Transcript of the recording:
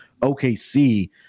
OKC